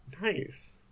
Nice